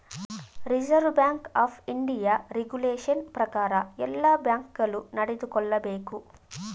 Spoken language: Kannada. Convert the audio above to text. reserve Bank of India regulation ಪ್ರಕಾರ ಎಲ್ಲ ಬ್ಯಾಂಕ್ ಗಳು ನಡೆದುಕೊಳ್ಳಬೇಕು